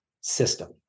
system